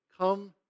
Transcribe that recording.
Come